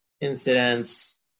incidents